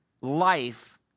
life